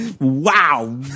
Wow